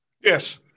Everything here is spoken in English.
yes